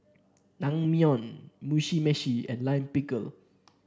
Naengmyeon Mugi Meshi and Lime Pickle